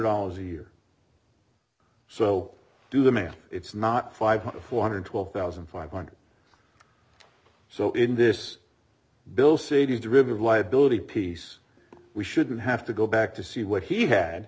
dollars a year so do the math it's not five hundred four hundred twelve thousand five hundred so in this bill say derivative liability piece we shouldn't have to go back to see what he had